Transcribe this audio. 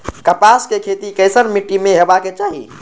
कपास के खेती केसन मीट्टी में हेबाक चाही?